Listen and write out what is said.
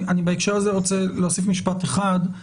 בהקשר הזה אני רוצה להוסיף משפט אחד.